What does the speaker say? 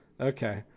Okay